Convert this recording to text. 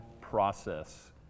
process